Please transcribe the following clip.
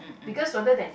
because rather than